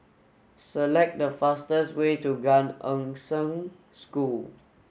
select the fastest way to Gan Eng Seng School